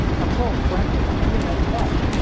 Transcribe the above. now tell us frankly. were you in that fight?